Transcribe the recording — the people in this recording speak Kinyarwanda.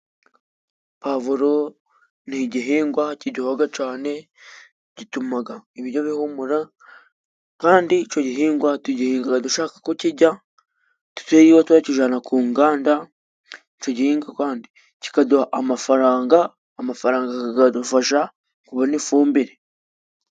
Pavuro ni igihingwa kiryohoga cane gitumaga ibiryo bihumura kandi ico gihingwa tugihingaga dushaka kukijya tutiriwe turakijana ku nganda icyo gihingwa kandi kikaduha amafaranga, amafaranga gakadufasha kubona ifumbire.